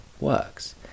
works